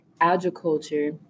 agriculture